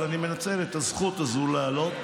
אבל אני מנצל את הזכות הזו לעלות,